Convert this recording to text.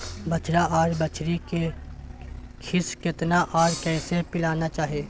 बछरा आर बछरी के खीस केतना आर कैसे पिलाना चाही?